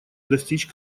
достичь